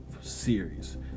series